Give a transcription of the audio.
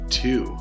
two